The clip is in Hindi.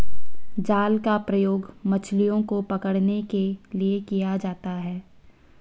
जाल का प्रयोग मछलियो को पकड़ने के लिये किया जाता है